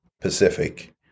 Pacific